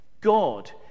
God